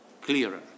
clearer